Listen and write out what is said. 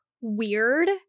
weird